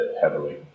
heavily